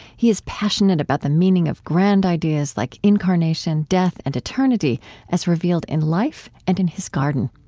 he is passionate about the meaning of grand ideas like incarnation, death, and eternity as revealed in life and in his garden.